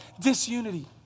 disunity